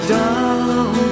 down